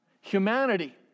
Humanity